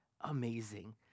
amazing